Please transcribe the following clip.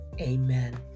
Amen